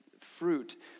fruit